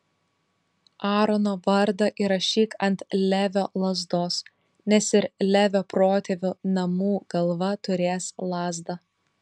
aarono vardą įrašyk ant levio lazdos nes ir levio protėvių namų galva turės lazdą